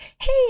Hey